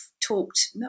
talked